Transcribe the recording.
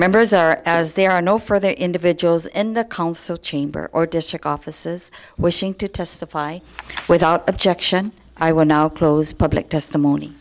members are as there are no further individuals in the council chamber or district offices wishing to testify without objection i will now close public testimony